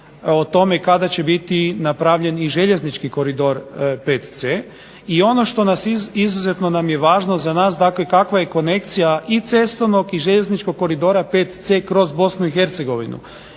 o tome kada će biti napravljen i željeznički Koridor VC. I ono što izuzetno nam je važno za nas dakle kakva je konekcija i cestovnog i željezničkog Koridora VC kroz BiH jer